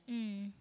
mm